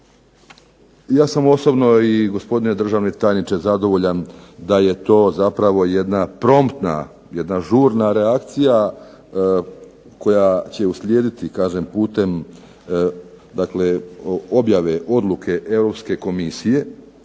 Ja sam osobno i gospodine državni tajniče zadovoljan da je to zapravo jedna promptna jedna žurna reakcija koja će uslijediti putem objave odluke Europske komisije,